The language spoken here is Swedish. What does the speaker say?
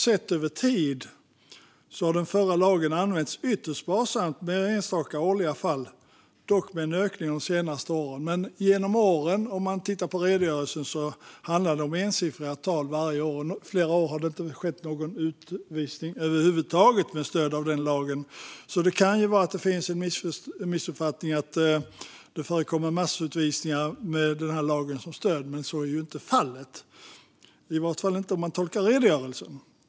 Sett över tid har den förra lagen använts ytterst sparsamt med enstaka årliga fall, dock med en ökning de senaste åren. Genom åren handlar det enligt redogörelsen om ensiffriga tal varje år, och flera år har det inte skett någon utvisning över huvud taget med stöd av den lagen. Det kan alltså finnas en missuppfattning att det förekommer massutvisningar med denna lag som stöd, men så är inte fallet, åtminstone inte att döma av redogörelsen.